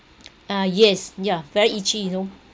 ah yes yeah very itchy you know